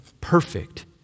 perfect